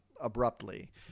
abruptly